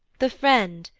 the friend,